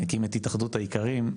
הקים את התאחדות האיכרים,